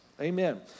Amen